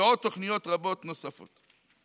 ועוד תוכניות רבות נוספות.